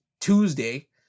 Tuesday